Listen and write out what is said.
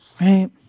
Right